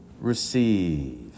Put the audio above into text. receive